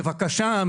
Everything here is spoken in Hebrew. בבקשה,